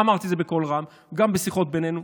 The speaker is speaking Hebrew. אמרתי את זה בקול רם גם בשיחות בינינו,